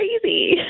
crazy